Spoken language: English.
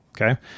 Okay